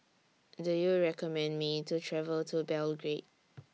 Do YOU recommend Me to travel to Belgrade